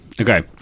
Okay